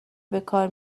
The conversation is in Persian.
بکار